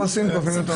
איך עושים כופין אותו?